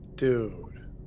Dude